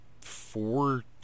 four